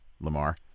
Lamar